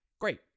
great